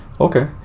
Okay